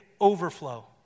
overflow